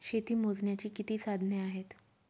शेती मोजण्याची किती साधने आहेत?